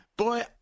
Boy